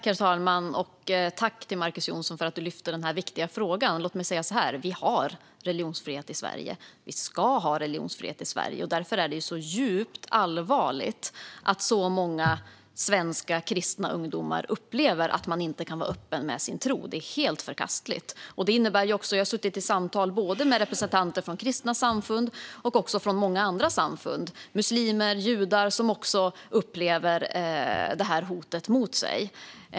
Herr talman! Jag tackar Marcus Jonsson för att han lyfter fram denna viktiga fråga. Vi har religionsfrihet i Sverige, och vi ska ha religionsfrihet i Sverige. Därför är det djupt allvarligt att så många svenska kristna ungdomar upplever att de inte kan vara öppna med sin tro. Det är helt förkastligt. Jag har suttit i samtal med representanter från både kristna samfund och många andra samfund. Även muslimer och judar upplever det här hotet mot sig.